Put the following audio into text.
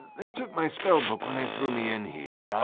they took my spellbook when they threw me in here.